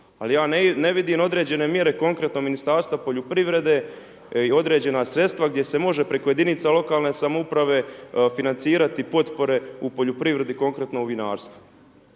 ali ja ne vidim određene mjere konkretno Ministarstva poljoprivrede i određena sredstva gdje se može preko jedinica lokalne samouprave financirati potpore u poljoprivredi, konkretno u vinarstvu.